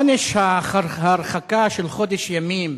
עונש ההרחקה של חודש ימים